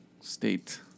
state